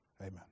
Amen